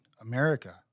America